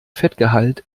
fettgehalt